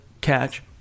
catch